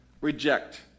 reject